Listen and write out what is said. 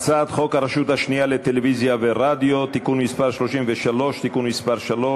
הצעת חוק הרשות השנייה לטלוויזיה ורדיו (תיקון מס' 33) (תיקון מס' 3),